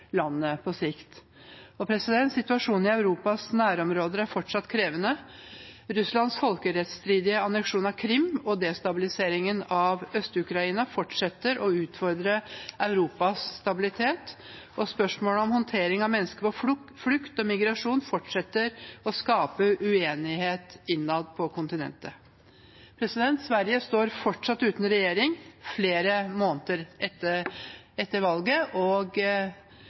landet på sikt. Situasjonen i Europas nærområder er fortsatt krevende. Russlands folkerettsstridige anneksjon av Krim og destabiliseringen av Øst-Ukraina fortsetter å utfordre Europas stabilitet, og spørsmål om håndtering av mennesker på flukt og migrasjon fortsetter å skape uenighet innad på kontinentet. Sverige står fortsatt uten regjering flere måneder etter valget, og